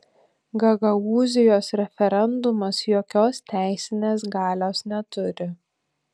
gagaūzijos referendumas jokios teisinės galios neturi